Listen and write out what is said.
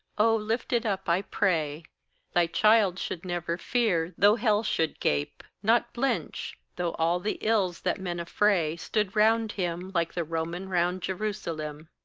oh, lift it up, i pray thy child should never fear though hell should gape, not blench though all the ills that men affray stood round him like the roman round jerusalem.